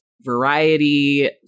variety